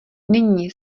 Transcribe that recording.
nyní